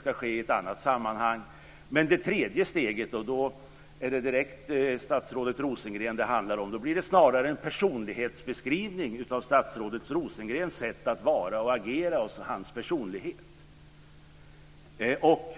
ska ske i ett annat sammanhang, ungefär som jag uttryckte det. Men det tredje steget - och då är det direkt statsrådet Rosengren som det handlar om - blir snarare en personlighetsbeskrivning av statsrådets sätt att vara och agera.